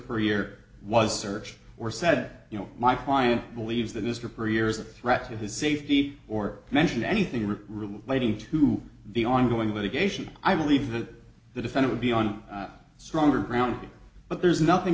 per year was searched or said you know my client believes that mr per year is a threat to his safety or mentioned anything or relating to the ongoing litigation i believe that the defense would be on stronger ground but there's nothing